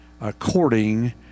according